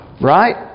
Right